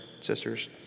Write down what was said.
sisters